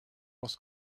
was